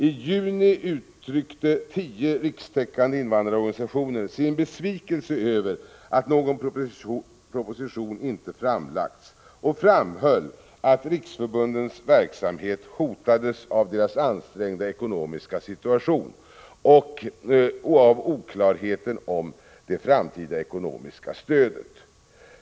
I juni uttryckte tio rikstäckande invandrarorganisationer sin besvikelse över att någon proposition inte framlagts och framhöll att riksförbundens verksamhet hotades av deras ansträngda ekonomiska situation och av oklarheten om det framtida ekonomiska stödet.